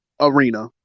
arena